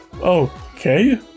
Okay